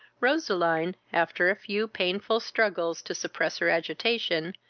roseline, after a few painful struggles to suppress her agitation,